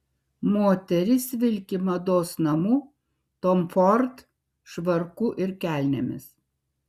moteris vilki mados namų tom ford švarku ir kelnėmis